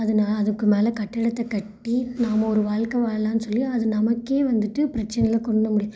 அதுனா அதுக்கு மேலே கட்டிடத்தக் கட்டி நாம் ஒரு வாழ்க்க வாழலாம் சொல்லி அது நமக்கே வந்துவிட்டு பிரச்சனையாக கொண்டு முடி